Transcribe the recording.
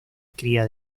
cría